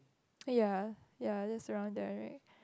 oh ya ya that's around there right